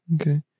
Okay